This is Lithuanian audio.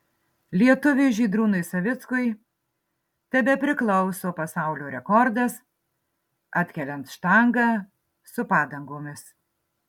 lietuviui žydrūnui savickui tebepriklauso pasaulio rekordas atkeliant štangą su padangomis